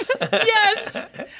Yes